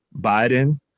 Biden